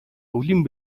өвлийн